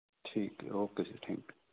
ਠੀਕ ਐ ਓਕੇ ਜੀ ਠੀਕ